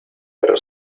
pero